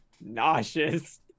nauseous